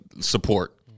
support